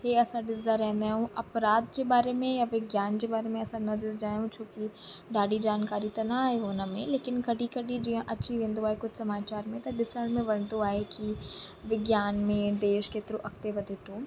हे असां ॾिसंदा रहंदा आहियूं अपराध जे बारे में या विज्ञान जे बारे में असां न ॾिसंदा आहियूं छो की ॾाढी जानकारी त आहे हुन में लेकिन कॾहिं कॾहिं जीअं अची वेंदो आहे कुझ समाचार में त ॾिसण में वणंदो आहे की विज्ञान में देश केतिरो अॻिते वधे थो